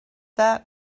that